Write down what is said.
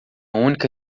única